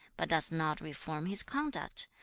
but does not reform his conduct,